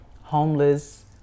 homeless